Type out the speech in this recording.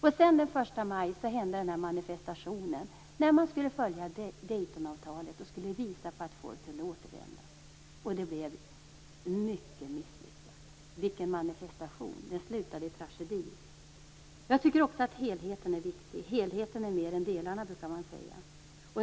Den 1 maj gjordes en manifestation, när man skulle följa Daytonavtalet och visa på att folk kunde återvända. Den blev mycket misslyckad. Vilken manifestation! Den slutade i tragedi. Jag tycker att helheten är viktig. Helheten är mer än delarna, brukar man säga.